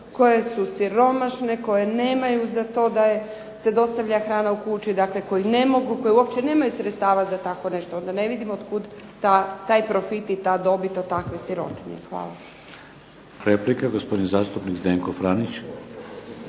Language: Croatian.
koje su siromašne, koje nemaju za to da im se dostavlja hrama u kuću, dakle koji ne mogu koji uopće sredstava za to, onda ne vidim od kuda taj profit i ta dobit od takve sirotinje. Hvala. **Šeks, Vladimir (HDZ)** Replika gospodin zastupnik Zdenko Franić.